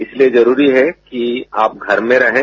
इसलिए जरूरी है कि आप घर में रहें